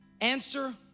Answer